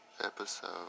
episode